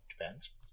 depends